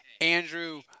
Andrew